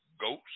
ghost